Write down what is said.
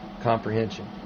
comprehension